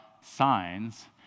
signs